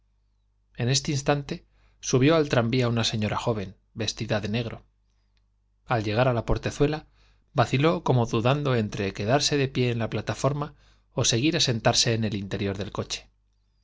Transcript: en este instante subió al tranvía una señora joven vestida de negro al llegar á la portezuela vaciló como dudando entre quedarse de pie en la plataforma ó seguir á sentarse en el interior del coche